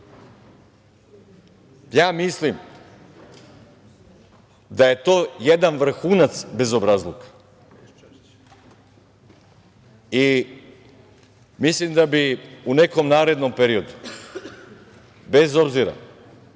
Ja mislim da je to jedan vrhunac bezobrazluka. Mislim da bi u nekom narednom periodu, bez obzira